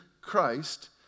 Christ